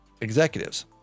executives